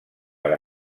per